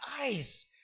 eyes